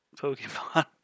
pokemon